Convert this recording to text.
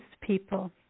people